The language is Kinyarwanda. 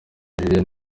julienne